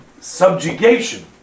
subjugation